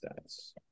stats